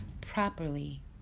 properly